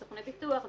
בסוכני ביטוח,